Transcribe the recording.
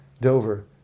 Dover